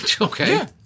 okay